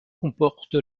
comporte